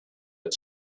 but